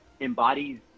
embodies